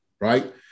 right